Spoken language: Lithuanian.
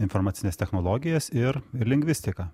informacines technologijas ir lingvistiką